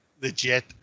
Legit